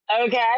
okay